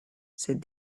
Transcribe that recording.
said